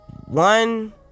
one